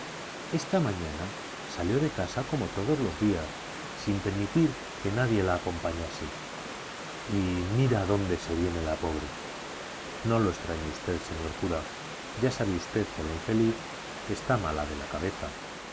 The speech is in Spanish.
esta mañana salió de casa como todos los días sin permitir que nadie la acompañase y mira adónde se viene la pobre no lo extrañe usted señor cura ya sabe usted que la infeliz está mala de la cabeza